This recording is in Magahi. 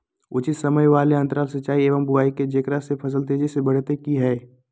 उचित समय वाले अंतराल सिंचाई एवं बुआई के जेकरा से फसल तेजी से बढ़तै कि हेय?